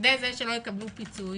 לכדי זה שלא יקבלו פיצוי